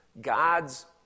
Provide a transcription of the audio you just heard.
God's